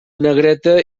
negreta